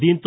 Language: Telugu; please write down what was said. దీంతో